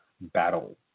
battle